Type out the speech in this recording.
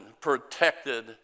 protected